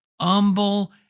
humble